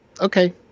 okay